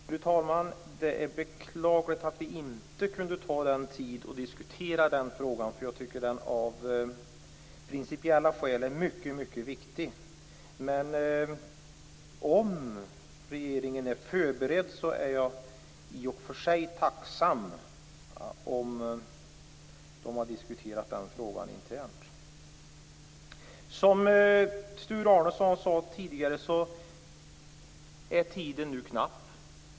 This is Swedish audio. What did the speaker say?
Fru talman! Det är beklagligt att vi inte kunde ta oss tid att diskutera den frågan, för jag tycker att den av principiella skäl är mycket viktig. Jag är i och för sig tacksam om regeringen har diskuterat frågan internt och är förberedd. Som Sture Arnesson sade tidigare är tiden nu knapp.